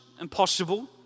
impossible